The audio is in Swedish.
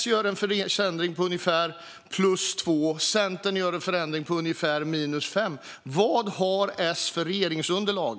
S gör en förändring med ungefär plus 2, och Centern gör en förändring med ungefär minus 5. Vad har S för regeringsunderlag?